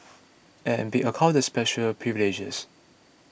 and be accorded special privileges